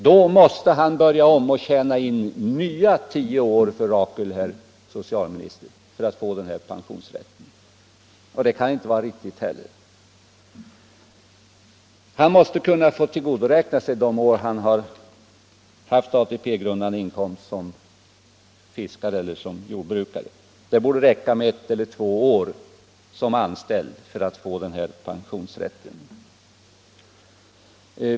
Då måste han börja om och tjäna nya tio år för Rakel, herr socialminister, för att få den här pensionsrätten. Det kan inte vara riktigt. Han måste kunna få tillgodoräkna sig de år han haft ATP-grundande inkomst som företagare. Det borde räcka med ett eller två år som anställd för att få den här pensionsrätten.